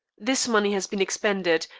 this money has been expended,